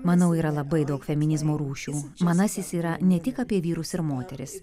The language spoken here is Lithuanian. manau yra labai daug feminizmo rūšių manasis yra ne tik apie vyrus ir moteris